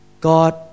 God